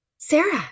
Sarah